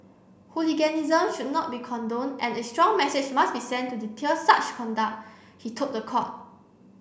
hooliganism should not be condoned and it strong message must be sent to deter such conduct he told the court